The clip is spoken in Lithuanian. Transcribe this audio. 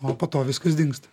o po to viskas dingsta